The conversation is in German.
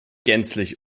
gänzlich